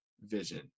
vision